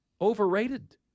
overrated